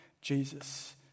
Jesus